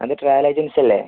hello travel agency അല്ലേ